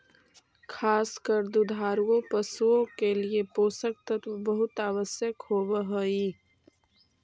खास कर दुधारू पशुओं के लिए पोषक तत्व बहुत आवश्यक होवअ हई